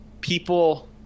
people